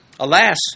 Alas